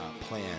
plan